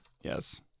Yes